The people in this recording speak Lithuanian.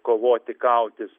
kovoti kautis